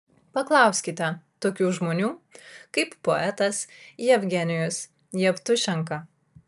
paklauskite tokių žmonių kaip poetas jevgenijus jevtušenka